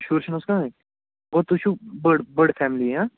شُر چھِنہٕ حظ کٔہیٖنٛۍ گوٚو تُہۍ چھُو بٔڈ بٔڈ فیملی ہا